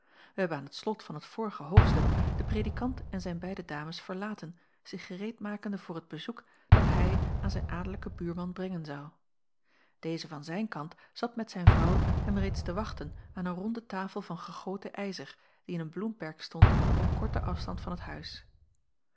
wij hebben aan t slot van het vorige hoofdstuk den predikant en zijn beide dames verlaten zich gereedmakende voor het bezoek dat hij aan zijn adellijken buurman brengen zou deze van zijn kant zat met zijn vrouw hem reeds te wachten aan een ronde tafel van gegoten ijzer die in een bloemperk stond op korten afstand van het huis